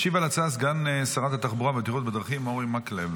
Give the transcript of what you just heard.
ישיב על ההצעה סגן שרת התחבורה והבטיחות בדרכים אורי מקלב,